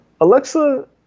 Alexa